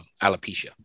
alopecia